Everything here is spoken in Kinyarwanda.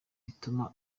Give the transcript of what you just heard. bituma